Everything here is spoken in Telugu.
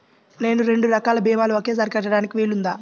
నేను రెండు రకాల భీమాలు ఒకేసారి కట్టడానికి వీలుందా?